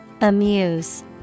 Amuse